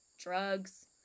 drugs